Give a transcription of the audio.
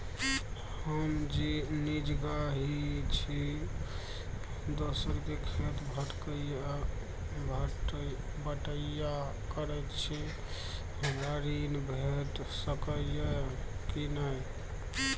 हम निजगही छी, दोसर के खेत बटईया करैत छी, हमरा ऋण भेट सकै ये कि नय?